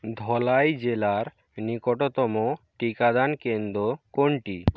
ধলাই জেলার নিকটতম টিকাদান কেন্দ্র কোনটি